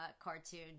cartoon